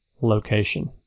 location